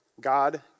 God